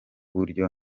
buryo